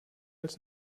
als